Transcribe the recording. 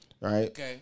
Right